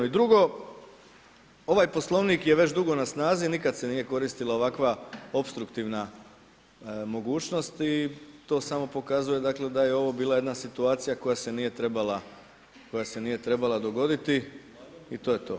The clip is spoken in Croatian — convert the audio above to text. I drugo, ovaj Poslovnik je već dugo na snazi, nikad se nije koristila ovakva opstruktivna mogućnost i to samo pokazuje, dakle da je ovo bila jedna situacija koja se nije trebala dogoditi i to je to.